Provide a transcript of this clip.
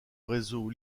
réseau